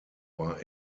war